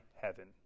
heaven